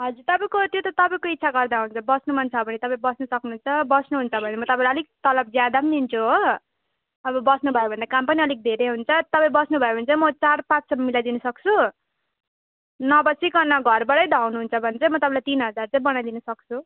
हजुर तपाईँको त्यो त तपाईँको इच्छा गर्दा हुन्छ बस्नु मन छ भने तपाईँ बस्न सक्नुहुन्छ बस्नुहुन्छ भने म तपाईँलाई अलिक तलब ज्यादा पनि दिन्छु हो अब बस्नुभयो भने त काम पनि अलिक धेरै हुन्छ तपाईँ बस्नुभयो भने चाहिँ म चार पाँचसम्म मिलाइदिनु सक्छु नबसिकन घरबाटै धाउनुहुन्छ भने चाहिँ म तपाईँलाई तिन हजार चाहिँ बनाइदिनु सक्छु